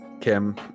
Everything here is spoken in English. Kim